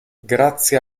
grazie